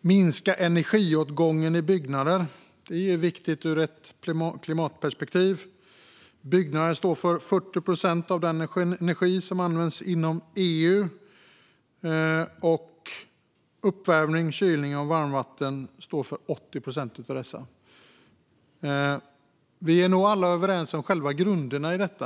minska energiåtgången i byggnader är viktigt ur ett klimatperspektiv. Byggnader står för 40 procent av den energi som används inom EU, och uppvärmning och kylning av varmvatten står för 80 procent av det. Vi är nog alla överens om själva grunderna här.